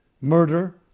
murder